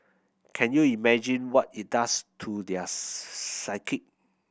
can you imagine what it does to their psyche